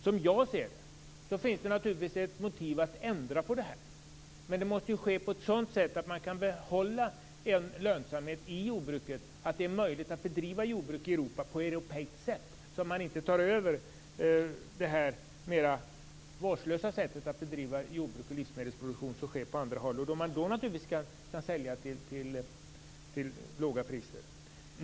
Som jag ser det finns det ett motiv att ändra på detta, men det måste ske på ett sådant sätt att man kan behålla en lönsamhet i jordbruket och att det är möjligt att bedriva jordbruk i Europa på ett europeiskt sätt, så att man inte tar över det mer vårdslösa sätt att bedriva jordbruk och livsmedelsproduktion som finns på andra håll. Då kan man naturligtvis sälja till låga priser.